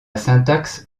syntaxe